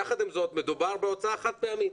יחד עם זאת, מדובר בהוצאה חד-פעמית.